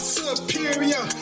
superior